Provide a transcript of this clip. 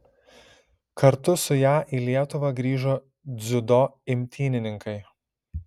kartu su ja į lietuvą grįžo dziudo imtynininkai